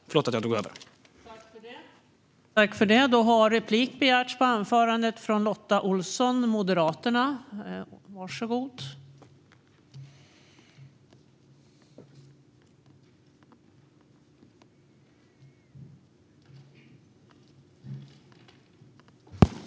Förlåt att jag drog över talartiden.